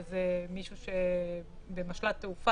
זה דובר קודם,